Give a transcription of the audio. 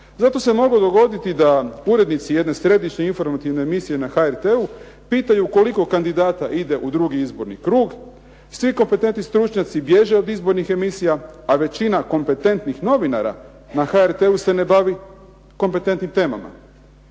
Zato se moglo dogoditi da urednici jedne središnje informativne emisije na HRT-u pitaju koliko kandidata ide u drugi izborni krug, svi kompetentni stručnjaci bježe od izbornih emisija, a većina kompetentnih novinara na HRT-u se ne bavi kompetentnim temama.